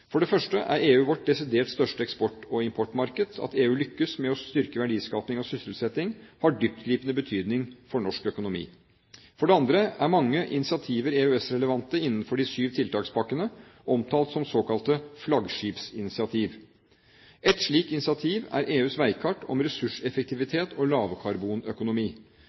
For det første er EU vårt desidert største eksport- og importmarked. At EU lykkes med å styrke verdiskaping og sysselsetting, har dyptgripende betydning for norsk økonomi. For det andre er mange initiativer EØS-relevante innenfor de syv tiltakspakkene – omtalt som såkalte flaggskipsinitiativ. Et slikt initiativ er EUs veikart om ressurseffektivitet og lavkarbonøkonomi.